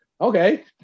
Okay